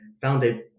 founded